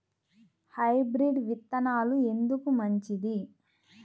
Hybrid విత్తనాలు ఎందుకు మంచిది?